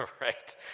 right